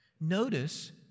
notice